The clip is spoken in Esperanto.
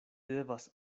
devas